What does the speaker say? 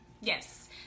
yes